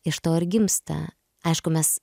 iš to ir gimsta aišku mes